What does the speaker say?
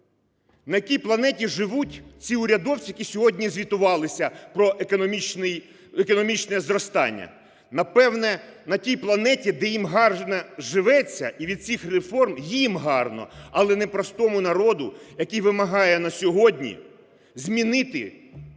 На якій планеті живуть ці урядовці, які сьогодні звітувалися про економічне зростання? Напевно, на тій планеті, де їм гарно живеться, і від цих реформ їм гарно, але не простому народу, який вимагає на сьогодні змінити всю владу в країні.